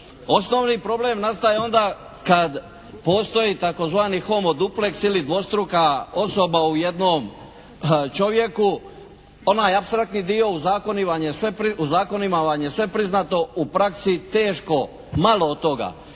Osnovni problem nastaje onda kad postoji tzv. homo duplex ili dvostruka osoba u jednom čovjeku. Onaj apstraktni dio u zakonima vam je sve priznato, u praksi teško, malo od toga.